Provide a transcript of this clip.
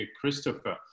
Christopher